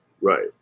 Right